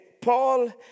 Paul